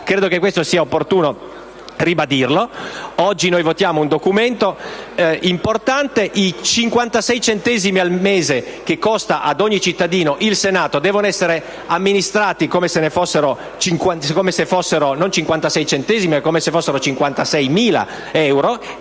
Credo che questo sia opportuno ribadirlo. Oggi noi votiamo un documento importante. I 56 centesimi al mese che costa ad ogni cittadino il Senato devono essere amministrati come se fossero 56.000 euro.